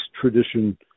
tradition